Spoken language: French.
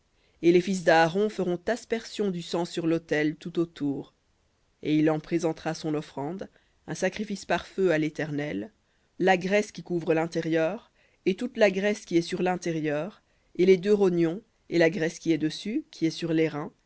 et les fils d'aaron feront aspersion du sang sur l'autel tout autour et il en présentera son offrande un sacrifice par feu à l'éternel la graisse qui couvre l'intérieur et toute la graisse qui est sur lintérieur et les deux rognons et la graisse qui est dessus qui est sur les reins